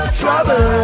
trouble